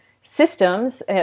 systems